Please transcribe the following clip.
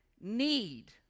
need